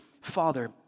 Father